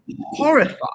horrified